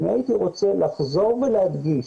אני הייתי רוצה לחזור ולהדגיש